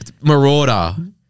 Marauder